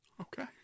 Okay